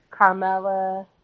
Carmella